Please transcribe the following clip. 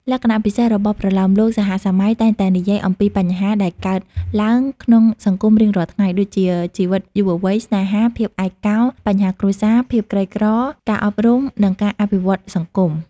លក្ខណៈពិសេសរបស់ប្រលោមលោកសហសម័យតែងតែនិយាយអំពីបញ្ហាដែលកើតឡើងក្នុងសង្គមរៀងរាល់ថ្ងៃ ដូចជា ជីវិតយុវវ័យ ស្នេហា ភាពឯកោ បញ្ហាគ្រួសារ ភាពក្រីក្រ ការអប់រំ និងការអភិវឌ្ឍន៌សង្គម។